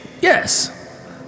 yes